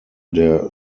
der